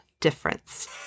difference